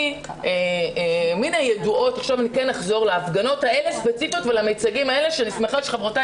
אני כן אחזור להפגנות האלה ספציפית ולמיצגים האלה ואני שמחה שחברותיי